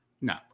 No